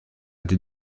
des